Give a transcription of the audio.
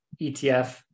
ETF